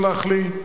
סלח לי,